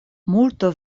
multo